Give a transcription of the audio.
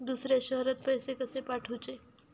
दुसऱ्या शहरात पैसे कसे पाठवूचे?